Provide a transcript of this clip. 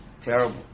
Terrible